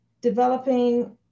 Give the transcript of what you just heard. developing